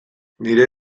nire